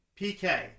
PK